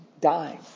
dying